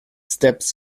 steps